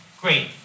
great